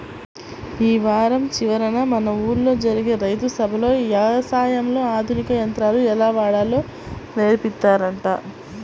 యీ వారం చివరన మన ఊల్లో జరిగే రైతు సభలో యవసాయంలో ఆధునిక యంత్రాలు ఎలా వాడాలో నేర్పిత్తారంట